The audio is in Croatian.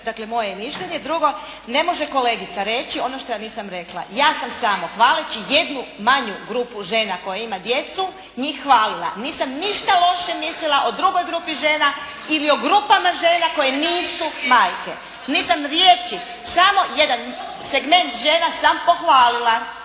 dakle moje mišljenje. Drugo, ne može kolegice reći ono što ja nisam rekla. Ja sam samo hvaleći jednu manju grupu žena koja ima djecu njih hvalila. Nisam ništa loše mislila o drugoj grupi žena ili o grupama žena koje nisu majke. Nisam riječi. Samo jedan segment žena sam pohvalila.